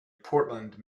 portland